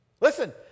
Listen